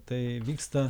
tai vyksta